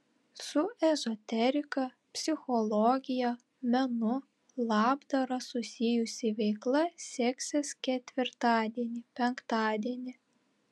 su ezoterika psichologija menu labdara susijusi veikla seksis ketvirtadienį penktadienį